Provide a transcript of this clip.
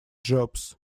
jobs